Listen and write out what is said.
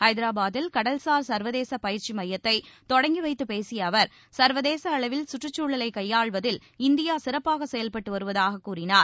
ஐதரபாத்தில் கடல்சார் சர்வதேச பயிற்சி மையத்தை தொடங்கி வைத்து பேசிய அவர் சர்வதேச அளவில் சுற்றுச்சூழலை கையாளுவதில் இந்தியா சிறப்பாக செயல்பட்டு வருவதாகக் கூழினார்